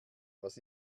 was